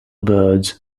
birds